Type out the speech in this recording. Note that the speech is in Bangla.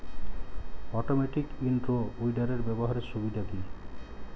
অটোমেটিক ইন রো উইডারের ব্যবহারের সুবিধা কি?